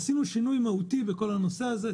עשינו שינוי מהותי בנושא הזה.